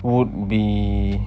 would be